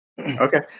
Okay